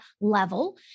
level